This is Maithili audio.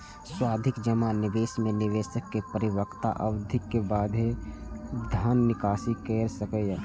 सावधि जमा निवेश मे निवेशक परिपक्वता अवधिक बादे धन निकासी कैर सकैए